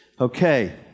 okay